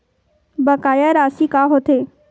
बकाया राशि का होथे?